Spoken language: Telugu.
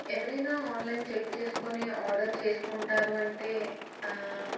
ఎవరైనా ఆన్లైన్ చెక్ చేసుకుని ఆర్డర్ చేసుకుంటారు అంటే